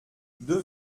deux